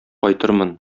кайтырмын